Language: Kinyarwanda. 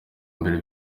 mbere